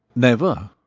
never,